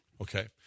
okay